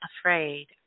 afraid